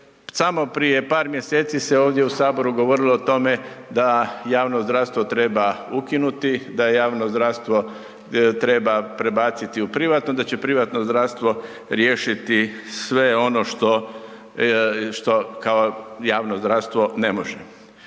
samo prije par mjeseci se ovdje u saboru govorilo o tome da javno zdravstvo treba ukinuti, da javno zdravstvo treba prebaciti u privatno, da će privatno zdravstvo riješiti sve ono što, što kao javno zdravstvo ne može.